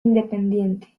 independiente